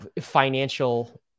financial